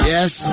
Yes